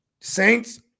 Saints